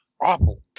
Awful